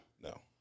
No